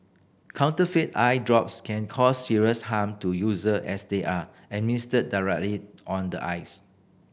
counterfeit eye drops can cause serious harm to user as they are administered directly on the eyes